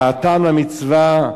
והטעם למצווה,